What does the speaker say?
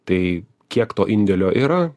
tai kiek to indėlio yra